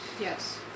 Yes